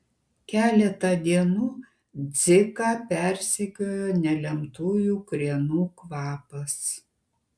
keletą dienų dziką persekiojo nelemtųjų krienų kvapas